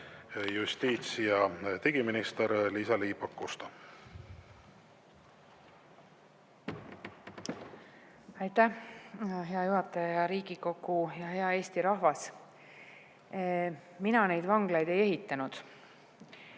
justiits- ja digiminister Liisa-Ly Pakosta. Aitäh, hea juhataja! Hea Riigikogu! Hea Eesti rahvas! Mina neid vanglaid ei ehitanud.